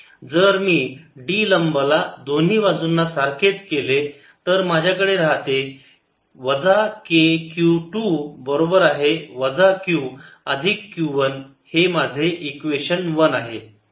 जर मी D लंब ला दोन्ही बाजुंना सारखेच केले तर माझ्याकडे राहते वजा k q 2 बरोबर आहे वजा q अधिक q 1 हे माझे इक्वेशन 1 आहे